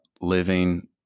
living